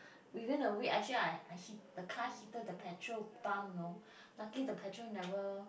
we went away actually I I hit the car hitted the petrol pump know lucky the petrol never